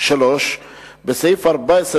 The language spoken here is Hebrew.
3. בסעיף 14 לחוק,